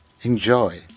Enjoy